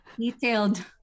detailed